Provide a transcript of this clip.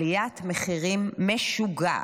עליית מחירים משוגעת.